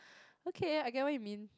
okay I get what you mean